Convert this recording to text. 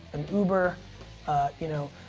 an uber you know,